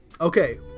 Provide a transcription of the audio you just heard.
Okay